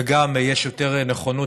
וגם יש יותר נכונות,